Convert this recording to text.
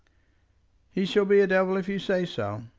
he shall be a devil if you say so.